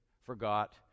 forgot